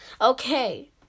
Okay